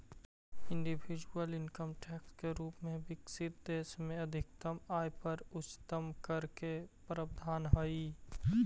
individual income tax के रूप में विकसित देश में अधिकतम आय पर उच्चतम कर के प्रावधान हई